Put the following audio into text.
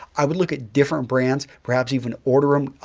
i would look at different brands, perhaps even order them.